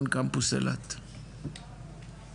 ההצעה היא הצעה לא